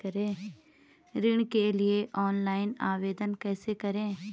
ऋण के लिए ऑनलाइन आवेदन कैसे करें?